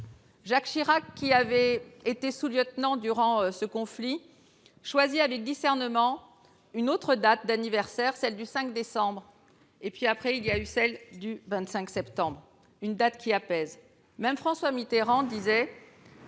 Jacques Chirac, qui avait été sous-lieutenant durant ce conflit, choisit avec discernement une autre date d'anniversaire, celle du 5 décembre. Puis, il y eut le 25 septembre, une date qui apaise. Même François Mitterrand estimait